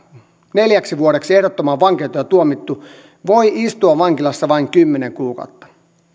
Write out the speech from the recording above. neljäksi vuodeksi ehdottomaan vankeuteen tuomittu voi istua vankilassa vain kymmenen kuukautta